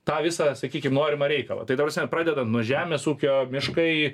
tą visą sakykim norimą reikalą tai ta prasme pradedant nuo žemės ūkio miškai